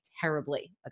terribly